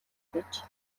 гэж